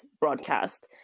broadcast